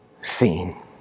seen